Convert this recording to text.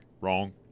Wrong